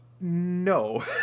No